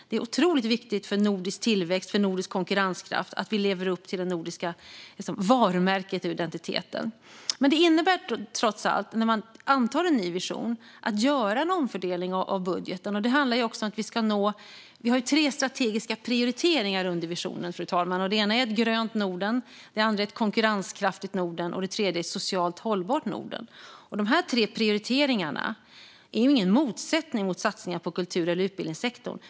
Det är otroligt viktigt för nordisk tillväxt och för nordisk konkurrenskraft att vi lever upp till det nordiska varumärket och den nordiska identiteten. Men när man antar en ny vision innebär det trots allt att man gör en omfördelning av budgeten. Vi har tre strategiska prioriteringar när det gäller visionen. Det är ett grönt Norden, ett konkurrenskraftigt Norden och ett socialt hållbart Norden. Dessa tre prioriteringar innebär ingen motsättning mot satsningar på kultur eller utbildningssektorn.